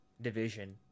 division